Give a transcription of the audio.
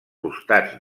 costats